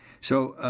so,